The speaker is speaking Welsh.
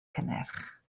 cynnyrch